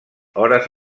hores